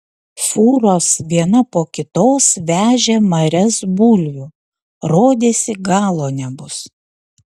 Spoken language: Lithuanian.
fūros viena po kitos vežė marias bulvių rodėsi galo nebus